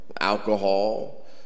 alcohol